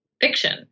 fiction